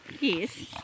Yes